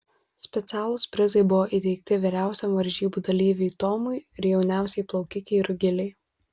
specialūs prizai buvo įteikti vyriausiam varžybų dalyviui tomui ir jauniausiai plaukikei rugilei